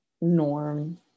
norm